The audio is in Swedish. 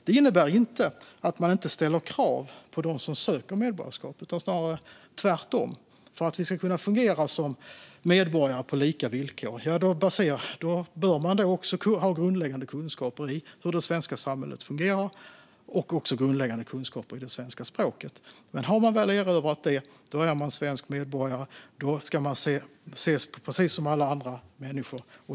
Det innebär inte att man inte ställer krav på dem som söker medborgarskap, utan snarare tvärtom - för att vi ska kunna fungera som medborgare på lika villkor bör alla ha grundläggande kunskaper om hur det svenska samhället fungerar och även grundläggande kunskaper i det svenska språket. Den som väl erövrat det och är svensk medborgare ska dock ses som precis som alla andra människor.